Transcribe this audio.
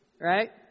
right